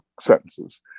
sentences